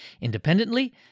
Independently